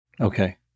Okay